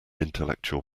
intellectual